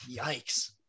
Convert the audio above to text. Yikes